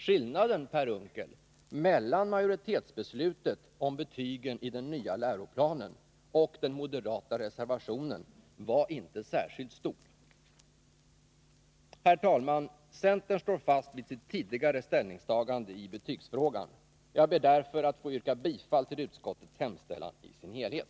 Skillnaden, Per Unckel, mellan majoritetsbeslutet om betygen i den nya läroplanen och den moderata reservationen var inte särskilt stor. Herr talman! Centern står fast vid sitt tidigare ställningstagande i betygsfrågan. Jag yrkar därför bifall till utskottets hemställan i dess helhet.